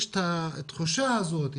יש את התחושה הזאת,